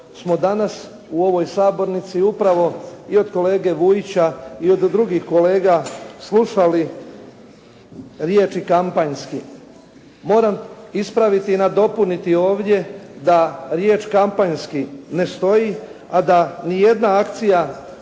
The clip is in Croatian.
smo danas u ovoj sabornici upravo i od kolege Vujića i od drugih kolega slušali riječi kampanjski. Moram ispraviti i nadopuniti ovdje da riječ kampanjski ne stoji, a da ni jedna akcija